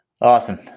Awesome